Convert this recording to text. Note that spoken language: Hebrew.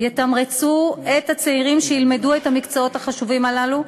שיתמרצו את הצעירים שילמדו את המקצועות החשובים הללו,